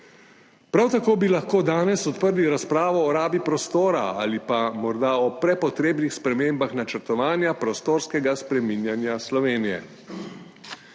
Prav tako bi lahko danes odprli razpravo o rabi prostora ali pa morda o prepotrebnih spremembah načrtovanja prostorskega spreminjanja Slovenije.